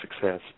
success